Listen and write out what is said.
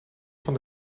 van